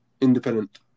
independent